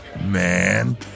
man